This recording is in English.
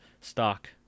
stock